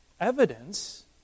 evidence